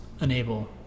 enable